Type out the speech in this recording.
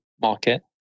market